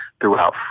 throughout